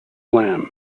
slam